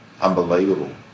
unbelievable